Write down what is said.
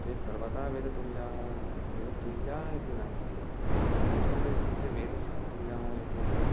ते सर्वथा वेदतुल्याः वेदतुल्याः इति नास्ति पञ्चमवेदः इत्युक्ते वेद सह तुल्यः इति न